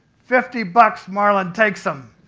fifty bucks marlin takes him!